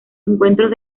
encuentros